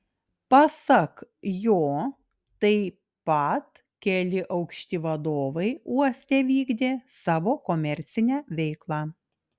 pasak jo taip pat keli aukšti vadovai uoste vykdė savo komercinę veiklą